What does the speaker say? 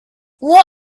what